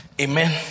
Amen